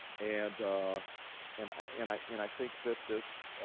and and and i mean i think that this